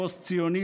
הפוסט-ציוני,